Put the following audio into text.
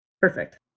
Perfect